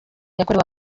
yakorewe